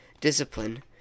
Discipline